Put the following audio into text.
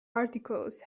articles